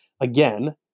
again